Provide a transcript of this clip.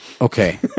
Okay